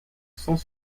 sans